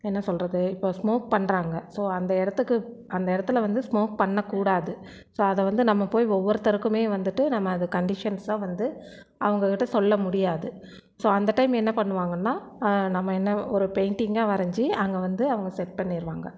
என்ன சொல்வது இப்போ ஸ்மோக் பண்ணுறாங்க ஸோ அந்த இடத்துக்கு அந்த இடத்துல வந்து ஸ்மோக் பண்ணக்கூடாது ஸோ அதை வந்து நம்ம போய் ஒவ்வொருத்தருக்கும் வந்துட்டு நம்ம அது கண்டிஷன்ஸாக வந்து அவங்ககிட்ட சொல்லமுடியாது ஸோ அந்த டைம் என்ன பண்ணுவாங்கனால் நம்ம என்ன ஒரு பெயிண்ட்டிங்காக வரஞ்சு அங்கே வந்து அவங்க செட் பண்ணிடுவாங்க